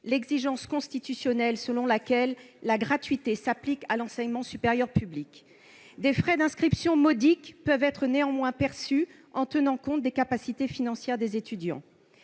l'exigence constitutionnelle selon laquelle « la gratuité s'applique à l'enseignement supérieur public ». Des frais d'inscription « modiques » peuvent néanmoins être perçus, en tenant compte des « capacités financières des étudiants